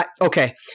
okay